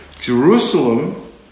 Jerusalem